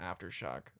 Aftershock